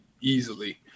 easily